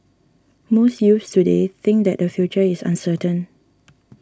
most youths today think that their future is uncertain